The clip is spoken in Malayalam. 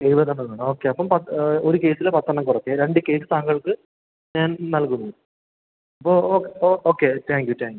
എഴുപതെണ്ണം വേണം ഓക്കെ അപ്പോൾ പ ഒരു കേയ്സിലെ പത്തെണ്ണം കുറയ്ക്കുക രണ്ട് കേസ് താങ്കൾക്ക് ഞാൻ നൽകുന്നു ഓ ഓ ഓ okay thank you thank you